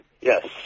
yes